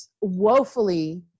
woefully